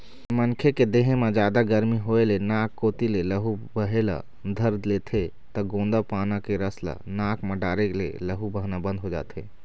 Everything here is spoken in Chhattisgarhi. मनखे के देहे म जादा गरमी होए ले नाक कोती ले लहू बहे ल धर लेथे त गोंदा पाना के रस ल नाक म डारे ले लहू बहना बंद हो जाथे